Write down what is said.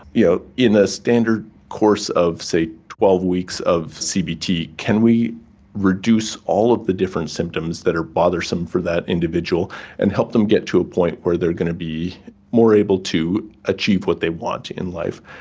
yeah in the standard course of, say, twelve weeks of cbt, can we reduce all of the different symptoms that are bothersome for that individual and help them get to a point where they are going to be more able to achieve what they want in life?